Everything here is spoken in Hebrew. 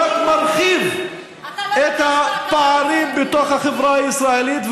רק מרחיב את הפערים בתוך החברה הישראלית,